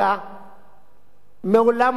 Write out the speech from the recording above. מעולם לא הייתי חבר במפלגה.